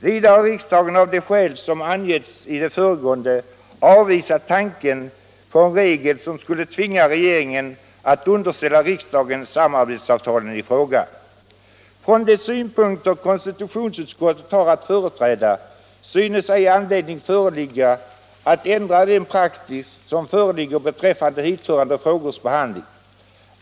Vidare har riksdagen av de skäl som angetts i det föregående avvisat tanken på en regel som skulle tvinga regeringen att underställa riksdagen samarbetsavtalen i fråga. Från de synpunkter konstitutionsutskottet har att företräda synes ej anledning föreligga att ändra den praxis som föreligger beträffande hithörande frågors behandling.